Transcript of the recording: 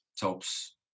tops